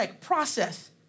process